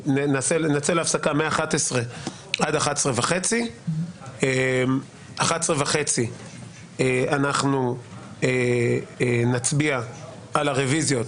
נצא להפסקה מ-11:00 עד 11:30. ב-11:30 נצביע על הרביזיות,